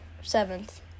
seventh